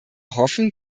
hoffen